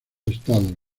estados